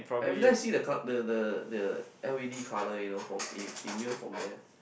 I every time see the cloud the the the L_E_D color you know for immune from there